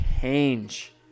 change